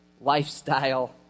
lifestyle